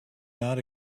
not